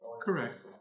Correct